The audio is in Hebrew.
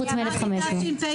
חוץ מ-1,500.) אמרתי לשנת התשפ"ב,